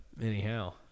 anyhow